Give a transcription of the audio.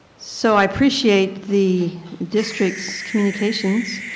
so i appreciate the district's communications.